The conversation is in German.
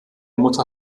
mutter